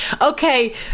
Okay